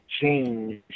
change